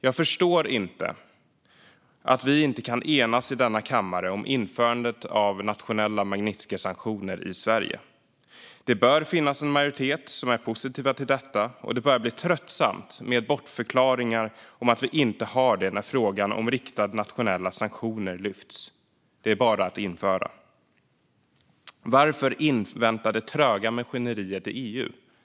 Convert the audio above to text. Jag förstår inte att vi inte kan enas i denna kammare om införandet av nationella Magnitskijsanktioner i Sverige. Det bör finnas en majoritet som är positiv till detta, och det börjar bli tröttsamt med bortförklaringar om att vi inte har det när frågan om riktade, nationella sanktioner lyfts. Det är bara att införa. Varför invänta det tröga maskineriet i EU?